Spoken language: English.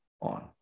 on